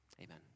Amen